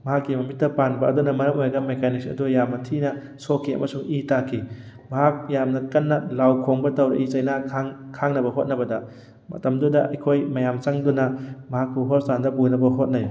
ꯃꯍꯥꯛꯀꯤ ꯃꯃꯤꯠꯇ ꯄꯥꯟꯕ ꯑꯗꯨꯅ ꯃꯔꯝ ꯑꯣꯏꯔꯒ ꯃꯦꯀꯥꯅꯤꯛꯁ ꯑꯗꯨ ꯌꯥꯝ ꯊꯤꯅ ꯁꯣꯛꯈꯤ ꯑꯃꯁꯨꯡ ꯏ ꯇꯥꯈꯤ ꯃꯍꯥꯛ ꯌꯥꯝꯅ ꯀꯟꯅ ꯂꯥꯎ ꯈꯣꯡꯕ ꯇꯧꯔꯛꯏ ꯆꯩꯅꯥ ꯈꯥꯡꯅꯕ ꯍꯣꯠꯅꯕꯗ ꯃꯇꯝꯗꯨꯗ ꯑꯩꯈꯣꯏ ꯃꯌꯥꯝ ꯆꯪꯗꯨꯅ ꯃꯍꯥꯛꯄꯨ ꯍꯣꯁꯄꯤꯇꯥꯜꯗ ꯄꯨꯅꯕ ꯍꯣꯠꯅꯩ